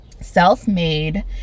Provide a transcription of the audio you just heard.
self-made